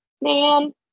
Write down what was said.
man